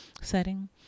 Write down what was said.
setting